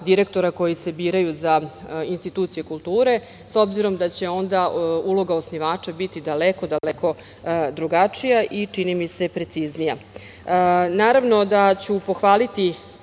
direktora koji se biraju za institucije kulture, s obzirom da će onda uloga osnivača biti daleko drugačija i čini mi se preciznija. Naravno da ću pohvaliti